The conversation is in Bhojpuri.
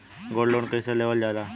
गोल्ड लोन कईसे लेवल जा ला?